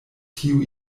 tiu